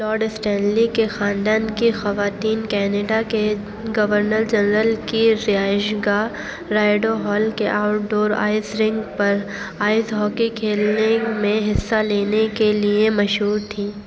lord Stanley کے خاندان کی خواتین کینیڈا کے گورنر جنرل کی رہائش گاہ رائیڈو ہال کے آؤٹ ڈور آئس رِنک پر آئس ہاکی کھیلنے میں حصہ لینے کے لیے مشہور تھیں